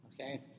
okay